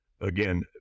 again